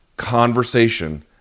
conversation